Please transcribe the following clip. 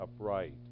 upright